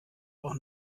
auch